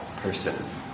person